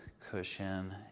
cushion